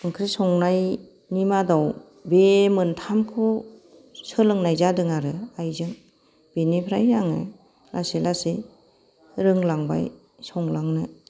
ओंख्रि संनायनि मादाव बे मोनथामखौ सोलोंनाय जादों आरो आइजों बेनिफ्राय आङो लासै लासै रोंलांबाय संलांनो